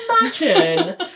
imagine